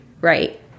right